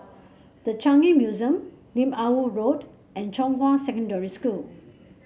The Changi Museum Lim Ah Woo Road and Zhonghua Secondary School